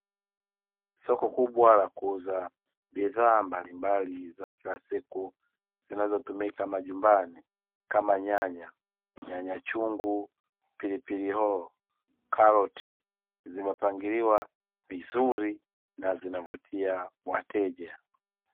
Soko kubwa la kuuza bidhaa mbalimbali za kila siku zinazotumika majumbani kama: nyanya, nyanya chungu, pilipili hoho, karoti zimepangiliwa vizuri na zinavutia wateja.